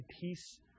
peace